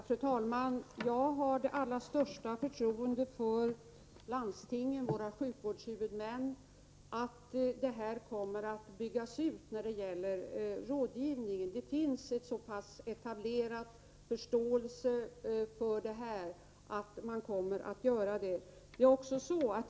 Fru talman! Jag har det allra största förtroende för landstingen, våra sjukvårdshuvudmän, när det gäller utbyggnad av rådgivningen. Det finns en så pass etablerad förståelse för den saken, det kommer säkert att bli av.